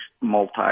multi